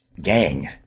gang